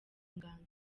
inganzo